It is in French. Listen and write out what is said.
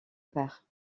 père